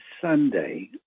Sunday